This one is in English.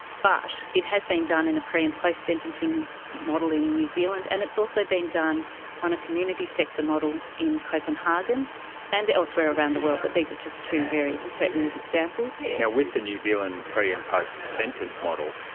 but it has been done in a pre and post-sentencing model in new zealand, and it's also been done on a community sector model in copenhagen and elsewhere around the world, but these are just two very pertinent examples. now, with the new zealand pre and post-sentence model,